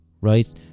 right